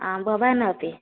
आं भवानपि